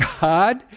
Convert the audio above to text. God